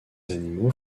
animaux